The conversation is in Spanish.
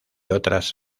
otras